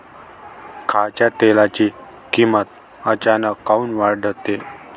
खाच्या तेलाची किमत अचानक काऊन वाढते?